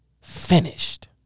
finished